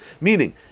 Meaning